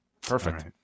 Perfect